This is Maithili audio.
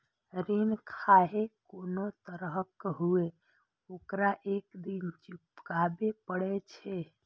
ऋण खाहे कोनो तरहक हुअय, ओकरा एक दिन चुकाबैये पड़ै छै